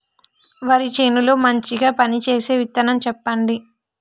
వరి చేను లో మంచిగా పనిచేసే విత్తనం చెప్పండి?